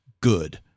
good